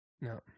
No